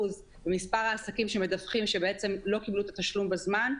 במספר העסקים שמדווחים שבעצם הם לא קיבלו את התשלום בזמן.